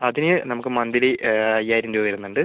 അതിന് നമുക്ക് മന്തിലി അയ്യായ്യിരം രൂപ വരുന്നുണ്ട്